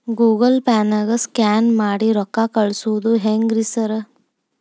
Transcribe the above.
Google ಪೇನಾಗ scan ಮಾಡಿ ರೊಕ್ಕಾ ಕಳ್ಸೊದು ಹೆಂಗ್ರಿ ಸಾರ್?